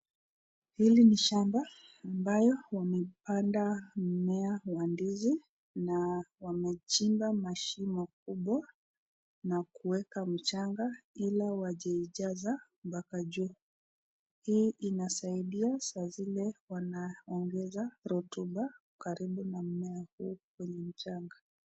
Hili ni shamba ambayo wamepanda mmea wa ndizi na wamechimba mashimo kubwa na kuweka mchanga ila hawajajaza mpaka juu. Hii inasaidia saa zile wanaongeza rotuba karibu na mmea huo kwenye mchanga.